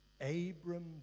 Abram